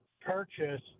purchase